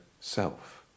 self